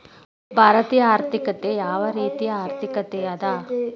ಭಾರತೇಯ ಆರ್ಥಿಕತೆ ಯಾವ ರೇತಿಯ ಆರ್ಥಿಕತೆ ಅದ?